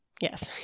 yes